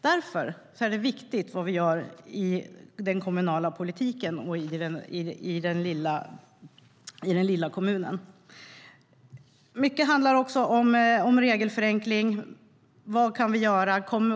Därför är det som görs i den kommunala politiken och i den lilla kommunen viktigt. Mycket handlar om regelförenkling. Vad kan vi göra?